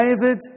David